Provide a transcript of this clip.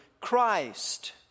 Christ